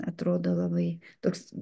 atrodo labai toks